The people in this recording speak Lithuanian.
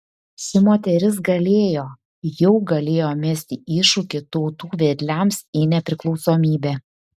ši moteris galėjo jau galėjo mesti iššūkį tautų vedliams į nepriklausomybę